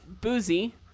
Boozy